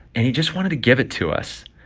and he just wanted to give it to us.